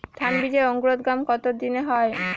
ধান বীজের অঙ্কুরোদগম কত দিনে হয়?